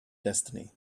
destiny